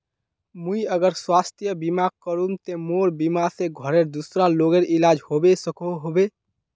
मुई अगर स्वास्थ्य बीमा करूम ते मोर बीमा से घोरेर दूसरा लोगेर इलाज होबे सकोहो होबे?